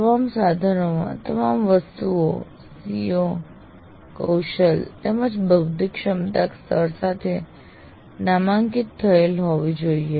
તમામ સાધનોમાં તમામ વસ્તુઓ CO કૌશલ તેમજ બૌદ્ધિક ક્ષમતા સ્તર સાથે નામાંકિત થયેલ હોવી જોઈએ